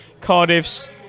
Cardiff's